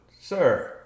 sir